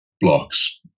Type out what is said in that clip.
blocks